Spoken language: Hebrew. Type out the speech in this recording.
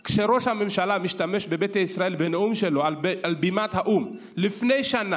כשראש הממשלה משתמש בביתא ישראל בנאום שלו על בימת האו"ם לפני שנה